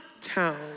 town